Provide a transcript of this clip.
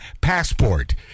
Passport